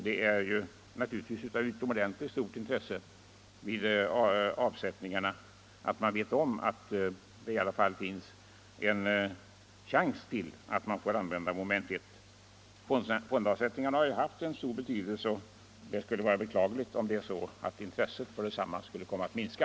Det är naturligtvis vid avsättningarna av utomordentligt stort intresse att man vet om, att det i alla fall finns en chans att man får använda mom. 1. Fondavsättningarna har ju haft stor betydelse, och det skulle vara beklagligt om intresset för dem skulle komma att minska.